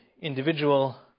individual